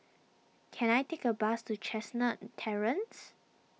can I take a bus to Chestnut Terrace